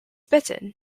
bitten